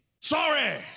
Sorry